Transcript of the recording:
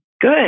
Good